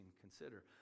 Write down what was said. consider